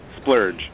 Splurge